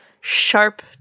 sharp